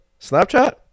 snapchat